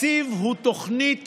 תקציב הוא תוכנית